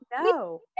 No